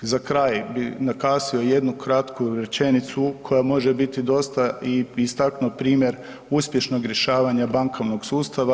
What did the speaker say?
Za kraj bi naglasio jednu kratku rečenicu koja može biti dosta i istaknuo primjer uspješnog rješavanja bankovnog sustava.